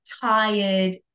tired